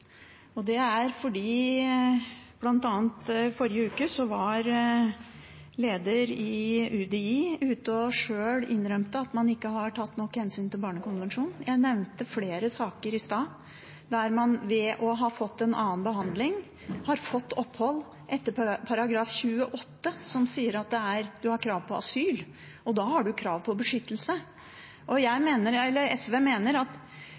Det er bl.a. fordi at i forrige uke var leder i UDI ute og sjøl innrømte at man ikke har tatt nok hensyn til barnekonvensjonen. Jeg nevnte flere saker i stad der man ved å ha fått en annen behandling, har fått opphold etter § 28, som sier at man har krav på asyl, og da har man krav på beskyttelse. SV og jeg mener at